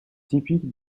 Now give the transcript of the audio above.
typique